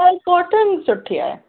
हा कॉटन ई सुठी आहे